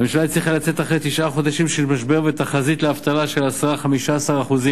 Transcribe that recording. הממשלה הצליחה לצאת אחרי תשעה חודשים של משבר ותחזית לאבטלה של 10% 15%,